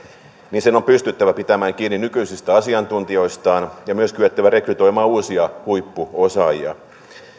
sen on pystyttävä pitämään kiinni nykyisistä asiantuntijoistaan ja myös kyettävä rekrytoimaan uusia huippuosaajia